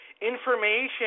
information